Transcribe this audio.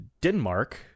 Denmark